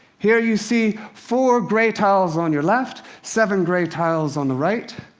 here you see four gray tiles on your left, seven gray tiles on the right.